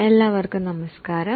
ഏവർക്കും നമസ്കാരം